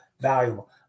valuable